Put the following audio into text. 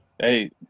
Hey